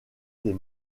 des